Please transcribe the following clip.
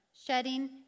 shedding